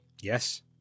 Yes